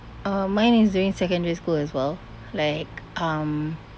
uh mine is during secondary school as well like um